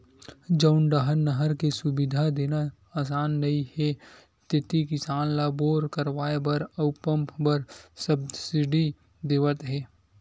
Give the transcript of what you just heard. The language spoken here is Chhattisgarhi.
जउन डाहर नहर के सुबिधा देना असान नइ हे तेती किसान ल बोर करवाए बर अउ पंप बर सब्सिडी देवत हे